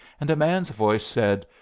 and a man's voice said,